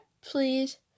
please